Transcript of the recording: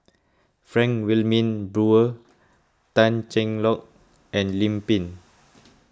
Frank Wilmin Brewer Tan Cheng Lock and Lim Pin